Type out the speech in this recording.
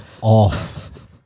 off